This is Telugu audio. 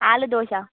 ఆలూ దోశ